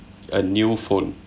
a new phone